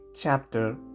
Chapter